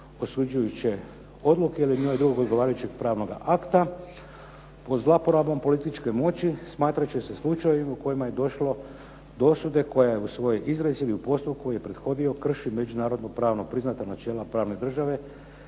osuđujuće odluke ili njoj drugog odgovarajućeg pravnoga akta. Pod zlouporabom političke moći smatrat će se slučaj u kojima je došlo do osude koja je u svojoj izreci ili u postupku je prethodio krši međunarodno pravno priznata načela pravne države,